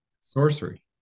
Sorcery